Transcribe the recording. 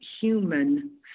human